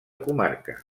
comarca